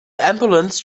ambulance